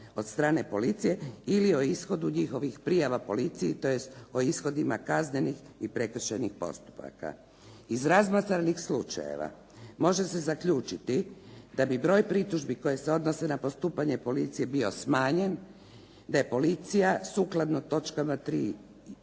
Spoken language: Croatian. od strane policije ili o ishodu njihovih prijava policiji, tj. o ishodima kaznenih i prekršajnih postupaka. Iz razmatranih slučajeva može se zaključiti da bi broj pritužbi koje se odnose na postupanje policije bio smanjen, da je policija sukladno točkama 3.